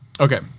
Okay